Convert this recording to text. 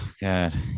God